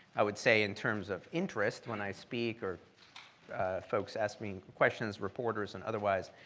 i would say in terms of interest when i speak, or folks ask me questions, reporters, and otherwise,